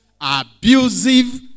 abusive